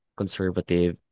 conservative